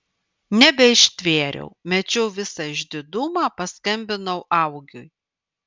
nebeištvėriau mečiau visą išdidumą paskambinau augiui